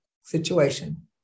situation